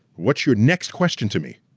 what's your next question to me?